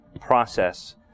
process